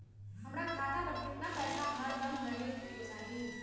हमरा खाता पर केतना पैसा हरदम रहे के चाहि?